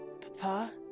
Papa